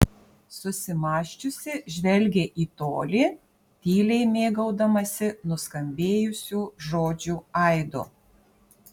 susimąsčiusi žvelgė į tolį tyliai mėgaudamasi nuskambėjusių žodžių aidu